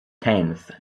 tenth